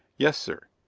yes, sir.